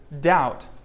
doubt